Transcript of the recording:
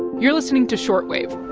you're listening to short wave.